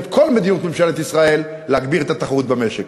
כל מדיניות ממשלת ישראל להגברת התחרות במשק.